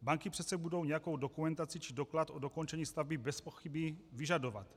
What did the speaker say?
Banky přece budou nějakou dokumentaci či doklad o dokončení stavby bezpochyby vyžadovat.